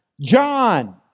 John